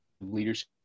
leadership